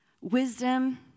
Wisdom